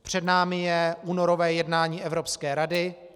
Před námi je únorové jednání Evropské rady.